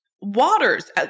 waters